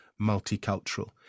multicultural